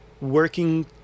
working